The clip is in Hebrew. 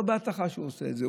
לא בהטחה הוא עושה את זה.